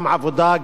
גם העבודה,